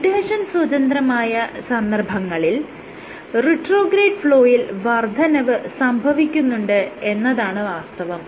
adhesion സ്വതന്ത്രമായ സന്ദർഭങ്ങളിൽ retrograde ഫ്ലോയിൽ വർദ്ധനവ് സംഭവിക്കുന്നുണ്ട് എന്നതാണ് വാസ്തവം